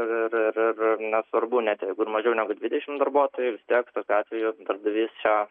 ir ir ir nesvarbu net jeigu ir mažiau negu dvidešimt darbuotojų vis tiek tokiu atveju darbdavys šią